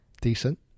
decent